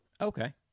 Okay